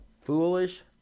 foolish